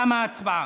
תמה ההצבעה.